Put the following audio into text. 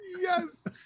yes